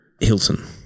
Hilton